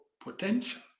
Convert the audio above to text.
potential